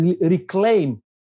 reclaim